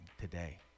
today